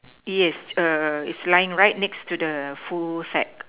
yes err its lying right next to the full set